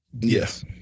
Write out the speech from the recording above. Yes